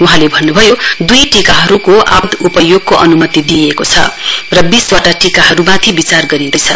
वहाँले भन्नभयो दुई टीकाहरूको आपत उपयोगको अनुमति दिइएको छ र वीसवटा टीकाहरूमाथि विचार गरिँदैछ